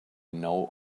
know